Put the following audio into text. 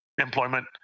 employment